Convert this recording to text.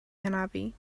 hanafu